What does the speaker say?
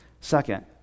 Second